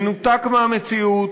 מנותק מהמציאות,